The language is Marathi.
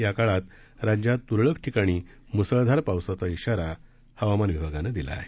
या काळात राज्यात त्रळक ठिकाणी म्सळधार पावसाचा इशारा हवामान विभागानं दिला आहे